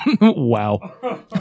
Wow